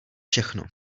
všechno